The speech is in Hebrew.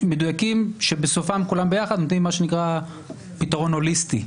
מדויקים שבסופם כולם ביחד נותנים מה שנקרא פתרון הוליסטי.